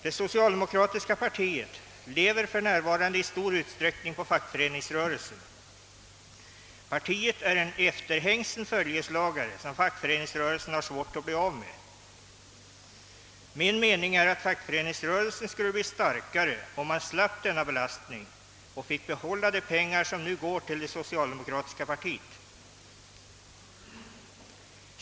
Det socialdemokratiska partiet lever för närvarande i stor utsträckning på Åtgärder i syfte att fördjupa och stärka det svenska folkstyret fackföreningsrörelsen. Partiet är en efterhängsen följeslagare, som fackföreningsrörelsen har svårt att bli av med. Min mening är att fackföreningsrörelsen skulle bli starkare om den slapp denna belastning och fick behålla de pengar som nu går till det socialdemokratiska partiet.